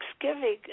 thanksgiving